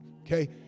okay